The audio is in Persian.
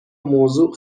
موضوع